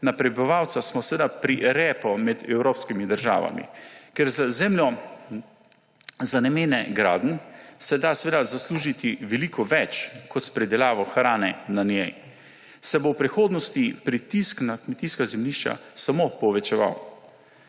na prebivalca smo pri repu med evropskimi državami. Ker z zemljo za namene gradenj se da zaslužiti veliko več kot s pridelavo hrane na njej, zato se bo v prihodnosti pritisk na kmetijska zemljišča samo povečeval.